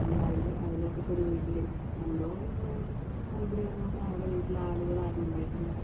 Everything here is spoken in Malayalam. നമ്മള് അയൽ അയൽവക്കത്തൊരു വീട്ടില് എന്തോ അനുഗ്രഹം കൊണ്ട് അവിടെ വീട്ടില് ആളുകൾ ആരും ഉണ്ടായിട്ടില്ല